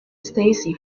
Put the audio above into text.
stacy